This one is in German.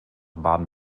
baden